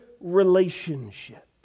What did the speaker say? relationship